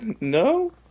No